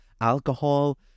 alcohol